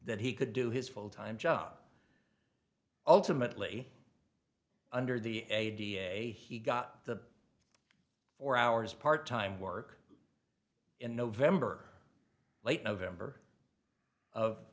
that he could do his full time job ultimately under the way he got the four hours part time work in november late november of